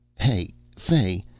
hey fay,